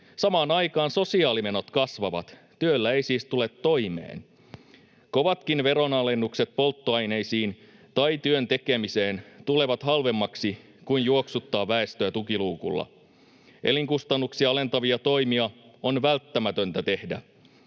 Samaan aikaan sosiaalimenot kasvavat. Työllä ei siis tule toimeen. Kovatkin veronalennukset polttoaineisiin tai työn tekemiseen tulevat halvemmiksi kuin juoksuttaa väestöä tukiluukulla. Elinkustannuksia alentavia toimia on välttämätöntä tehdä.